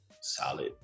solid